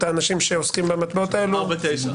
לא מחר - את האנשים שעוסקים במטבעות האלו.